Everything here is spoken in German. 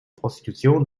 prostitution